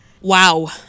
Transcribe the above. Wow